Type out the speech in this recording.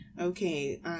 okay